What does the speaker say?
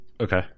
okay